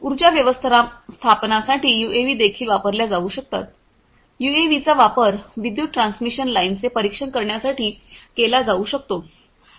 उर्जा व्यवस्थापनासाठी यूएव्ही देखील वापरल्या जाऊ शकतात यूएव्हीचा वापर विद्युत ट्रान्समिशन लाइनचे परीक्षण करण्यासाठी केला जाऊ शकतो